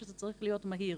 שזה צריך להיות מהיר,